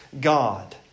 God